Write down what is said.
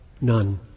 None